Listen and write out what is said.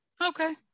Okay